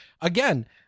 Again